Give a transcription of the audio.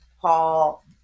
Paul